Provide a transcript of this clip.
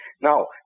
Now